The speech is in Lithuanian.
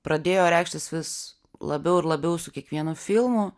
pradėjo reikštis vis labiau ir labiau su kiekvienu filmu